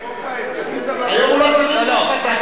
בחוק ההסדרים, היום הוא לא צריך החלטה כזאת.